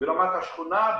ברמת השכונה,